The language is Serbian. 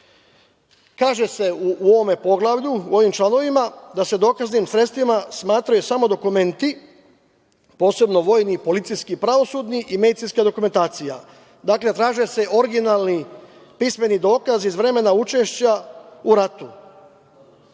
Kaže se u ovim članovima, da se dokaznim sredstvima smatraju samo dokumenti posebno vojni, policijski i pravosudni, i medicinska dokumentacija. Dakle, traži se originalni pismeni dokazi iz vremena učešća u ratu.